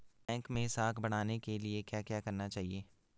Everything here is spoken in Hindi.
बैंक मैं साख बढ़ाने के लिए क्या क्या करना चाहिए?